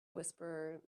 whisperer